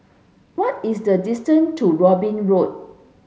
what is the distance to Robin Road